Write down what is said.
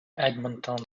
edmonton